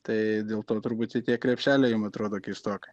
tai dėl to turbūt ir tie krepšeliai jum atrodo keistokai